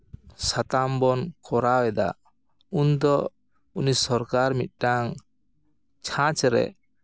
ᱥᱟᱛᱟᱢ ᱵᱚᱱ ᱠᱚᱨᱟᱣ ᱮᱫᱟ ᱩᱱᱫᱚ ᱩᱱᱤ ᱥᱚᱨᱠᱟᱨ ᱢᱤᱫᱴᱟᱝ ᱪᱷᱟᱸᱪ ᱨᱮ